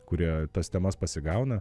kurie tas temas pasigauna